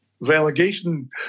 relegation